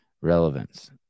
Relevance